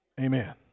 Amen